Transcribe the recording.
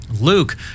Luke